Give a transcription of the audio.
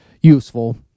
useful